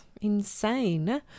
insane